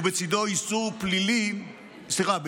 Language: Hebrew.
סליחה,